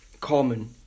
common